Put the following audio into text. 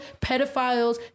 pedophiles